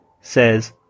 says